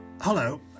Hello